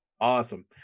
Awesome